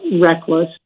reckless